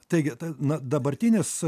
taigi na dabartinis